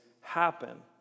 happen